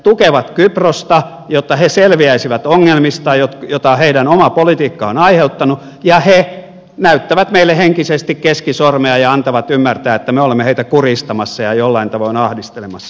tukevat kyprosta jotta kyproslaiset selviäisivät ongelmista joita heidän oma politiikkansa on aiheuttanut ja he näyttävät meille henkisesti keskisormea ja antavat ymmärtää että me olemme heitä kurjistamassa ja jollain tavoin ahdistelemassa